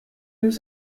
nous